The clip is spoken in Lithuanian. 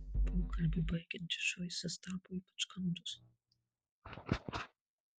pokalbiui baigiantis džoisas tapo ypač kandus